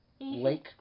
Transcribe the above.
Lake